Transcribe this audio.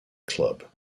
club